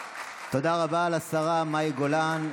תודה רבה לשרה מאי גולן.